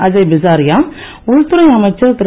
அஜய்பிசாரியா உள்துறை அமைச்சர் திரு